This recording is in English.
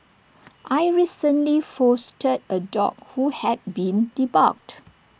I recently fostered A dog who had been debarked